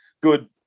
good